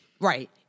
Right